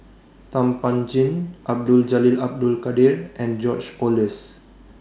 Thum Ping Tjin Abdul Jalil Abdul Kadir and George Oehlers